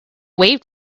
waved